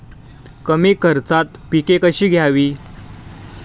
कमी खर्चात पिके कशी घ्यावी?